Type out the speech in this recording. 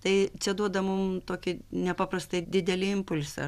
tai čia duoda mum tokį nepaprastai didelį impulsą